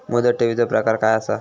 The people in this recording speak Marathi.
मुदत ठेवीचो प्रकार काय असा?